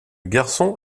garçon